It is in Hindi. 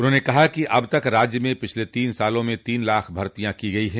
उन्होंने कहा कि अब तक राज्य में पिछले तीन सालों में तीन लाख भर्तियां की गई है